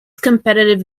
competitive